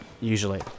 usually